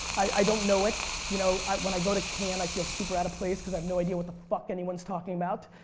i don't know it. you know when i go to cannes i feel super out of place because i have no idea what the fuck anybody is talking about.